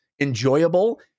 enjoyable